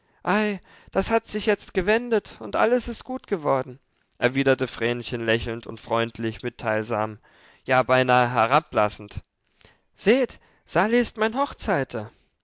das hat sich jetzt gewendet und alles ist gut geworden erwiderte vrenchen lächelnd und freundlich mitteilsam ja beinahe herablassend seht sali ist mein hochzeiter